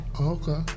okay